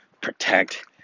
protect